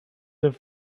have